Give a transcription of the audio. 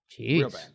Jeez